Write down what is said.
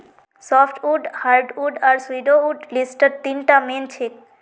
softwood hardwood आर pseudowood लिस्टत तीनटा मेन छेक